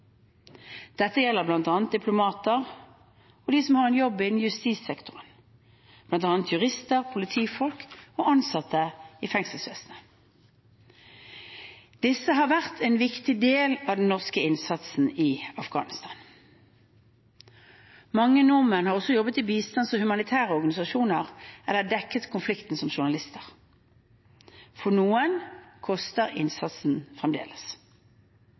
Dette gjelder bl.a. diplomater og de som har en jobb innen justissektoren, bl.a. jurister, politifolk og ansatte i fengselsvesenet. Disse har vært en viktig del av den norske innsatsen i Afghanistan. Mange nordmenn har også jobbet i bistandsorganisasjoner og humanitære organisasjoner eller dekket konflikten som journalister. For noen koster innsatsen fremdeles.